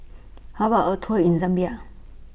How about A Tour in Zambia